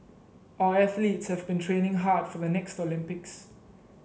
our athletes have been training hard for the next Olympics